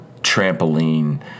trampoline